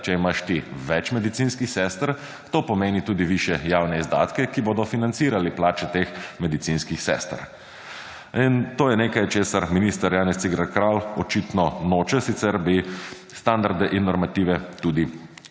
če imaš ti več medicinskih sester, to pomeni tudi višje javne izdatke, ki bodo financirali plače teh medicinskih sester. In to je nekaj česar minister Janez Cigler Kralj očitno noče, sicer bi standarde in normative tudi